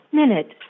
minute